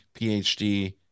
PhD